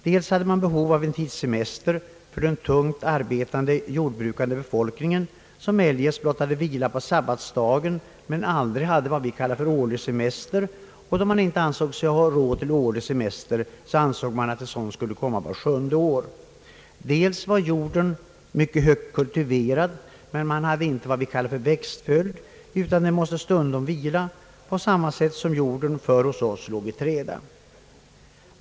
Dels hade man behov av en tids semester för den tungt arbetande jordbruksbefolkningen, som eljest blott hade vila på sabbatsdagen men aldrig det vi kallar årlig semester; då man inte ansåg sig ha råd till årlig semester tog man den vart sjunde år. Dels var jorden mycket högt kultiverad, men man hade inte vad vi kallar växtföljd utan jorden måste stundom vila, på samma sätt som hos oss jorden förr »låg i träda».